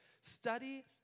Study